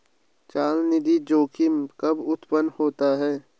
चलनिधि जोखिम कब उत्पन्न होता है?